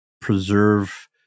preserve